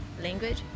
language